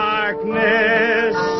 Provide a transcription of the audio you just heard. darkness